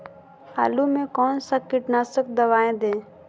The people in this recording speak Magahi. आलू में कौन सा कीटनाशक दवाएं दे?